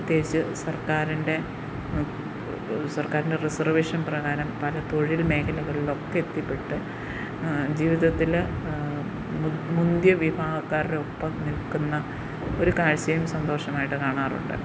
പ്രത്യേകിച്ച് സർക്കാരിൻ്റെ സർക്കാരിൻ്റെ റിസർവേഷൻ പ്രകാരം പല തൊഴിൽ മേഖലകളിലൊക്കെ എത്തിപ്പെട്ട് ജീവിതത്തിൽ മുന്തിയ വിഭാഗക്കാരുടൊപ്പം നിൽക്കുന്ന ഒരു കാഴ്ചയും സന്തോഷമായിട്ടു കാണാറുണ്ട്